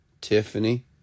Tiffany